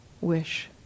wish